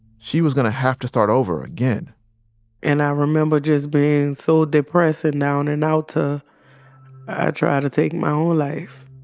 she was gonna have to start over again and i remember just being so depressed and down and out. i tried to take my own life.